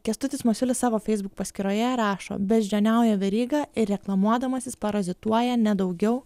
kęstutis masiulis savo facebook paskyroje rašo beždžioniauja veryga reklamuodamasis parazituoja ne daugiau